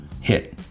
Hit